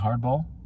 hardball